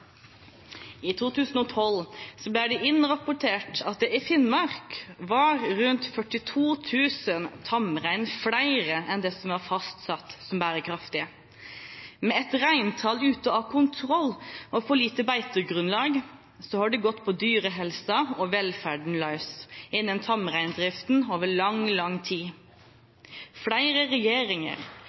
I 2012 ble det innrapportert at det i Finnmark var rundt 42 000 tamrein flere enn det som var fastsatt som bærekraftig. Med et reintall ute av kontroll og for lite beitegrunnlag har det gått på dyrehelsa og -velferden løs innen tamreindriften over lang, lang tid. Flere regjeringer,